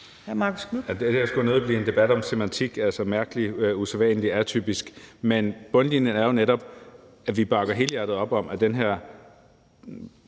Det her skulle nødig blive en debat om semantik, altså om noget er mærkeligt, usædvanligt eller atypisk. Men bundlinjen er jo netop, at vi bakker helhjertet op om, at den her